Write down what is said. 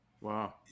wow